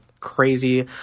crazy